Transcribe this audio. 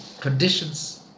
conditions